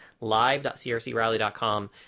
live.crcrally.com